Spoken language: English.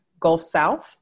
gulfsouth